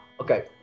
Okay